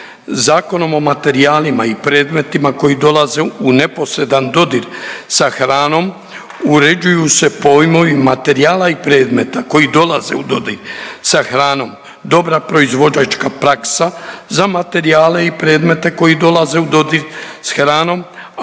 Zakonom o materijalima i predmetima koji dolaze u neposredan dodir sa hranom uređuju se pojmovi materijala i predmeta koji dolaze u dodir sa hranom,